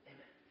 Amen